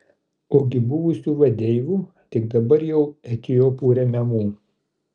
ogi buvusių vadeivų tik dabar jau etiopų remiamų